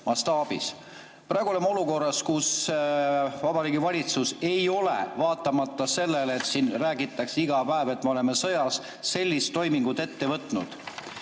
Praegu oleme olukorras, kus Vabariigi Valitsus, vaatamata sellele, et siin räägitakse iga päev, et me oleme sõjas, ei ole sellist toimingut ette võtnud.